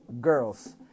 girls